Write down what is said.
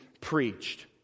preached